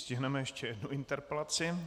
Stihneme ještě jednu interpelaci.